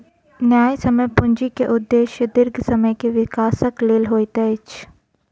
न्यायसम्य पूंजी के उदेश्य दीर्घ समय के विकासक लेल होइत अछि